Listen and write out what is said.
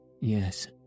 Yes